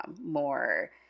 more